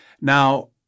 Now